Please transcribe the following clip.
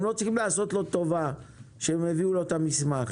הם לא צריכים לעשות לו טובה שהביאו לו את המסמך.